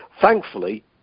thankfully